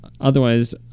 Otherwise